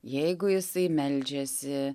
jeigu jisai meldžiasi